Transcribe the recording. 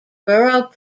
borough